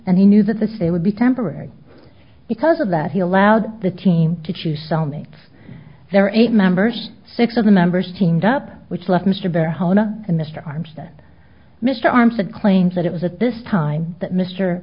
and he knew that the stay would be temporary because of that he allowed the team to choose cell mates their eight members six of the members teamed up which left mr bear hona and mr armstead mr arms had claimed that it was at this time that mr